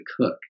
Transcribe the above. cook